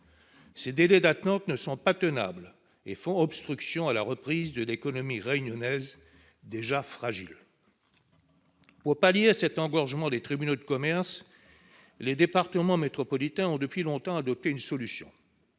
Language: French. Ces délais d'attente ne sont pas tenables et font obstruction à la reprise de l'économie réunionnaise déjà fragile. Pour pallier cet engorgement des tribunaux de commerce, les départements métropolitains ont depuis longtemps adopté une solution